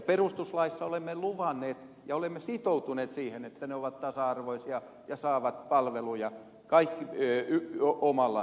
perustuslaissa olemme luvanneet ja olemme sitoutuneet siihen että ihmiset ovat tasa arvoisia ja saavat palveluja omalla äidinkielellään